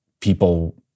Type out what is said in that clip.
people